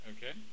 Okay